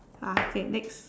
ah okay next